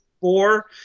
four